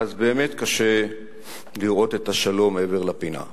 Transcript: אז באמת קשה לראות את השלום מעבר לפינה.